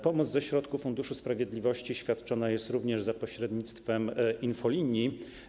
Pomoc ze środków Funduszu Sprawiedliwości świadczona jest również za pośrednictwem infolinii.